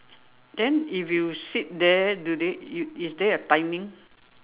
then if you sit there do they is is there a timing